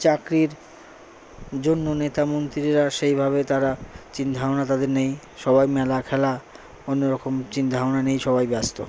চাকরির জন্য নেতা মন্ত্রীরা সেইভাবে তারা চিন্তা ভাবনা তাদের নেই সবাই মেলা খেলা অন্যরকম চিন্তা ভাবনা নিয়েই সবাই ব্যস্ত